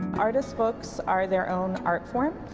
artist books are their own art form,